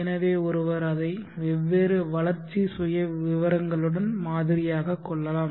எனவே ஒருவர் அதை வெவ்வேறு வளர்ச்சி சுயவிவரங்களுடன் மாதிரியாகக் கொள்ளலாம்